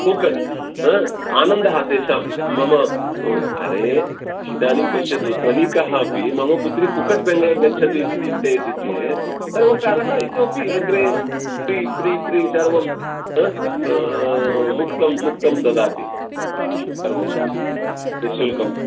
पूक्कट् आनन्दः तेषां मम अरे इदानीं पश्यतु धनिकः अपि मम पुत्री पुक्कट् बेङ्गळूर् गच्छति इति चिन्तयति चेत् सर्वकारः इतोपि अग्रे फ़्री फ़्री फ़्री सर्वं हा मुखं मुखं ददाति सर्वं निश्शुल्कम्